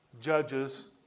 judges